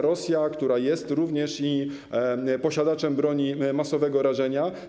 Rosja, która jest również posiadaczem broni masowego rażenia.